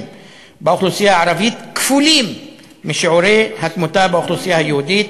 באוכלוסייה הערבית כפולים משיעורי התמותה באוכלוסייה היהודית,